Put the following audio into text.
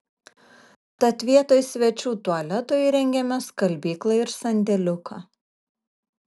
tad vietoj svečių tualeto įrengėme skalbyklą ir sandėliuką